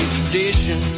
tradition